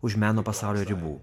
už meno pasaulio ribų